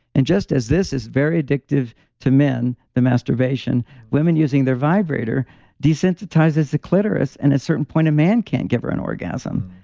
and just as this is very addictive to men, the masturbation women using their vibrator desensitizes the clitoral and at certain point, a man can't give her an orgasm.